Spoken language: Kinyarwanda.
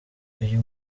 uyu